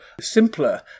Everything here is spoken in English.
simpler